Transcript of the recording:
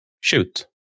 shoot